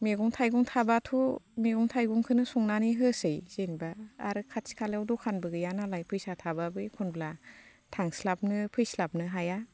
मैगं थाइगं थाब्लाथ' मैगं थाइगंखौनो संनानै होसै जेन'बा आरो खाथि खालायावथ' दखानबो गैयानालाय फैसा थाब्लाबो एखनब्ला थांस्लाबनो फैस्लाबनो हाया